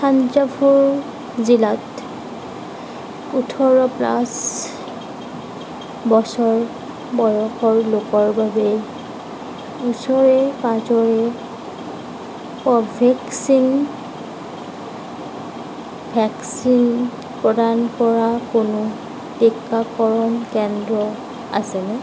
থাঞ্জাভুৰ জিলাত ওঠৰ প্লাছ বছৰ বয়সৰ লোকৰ বাবে ওচৰে পাঁজৰে কোভেক্সিন ভেকচিন প্ৰদান কৰা কোনো টিকাকৰণ কেন্দ্ৰ আছেনে